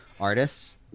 artists